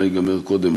מה ייגמר קודם,